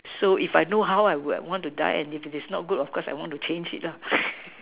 so if I know how I would want to die and if it is not good of course I want to change it lah